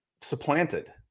supplanted